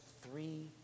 three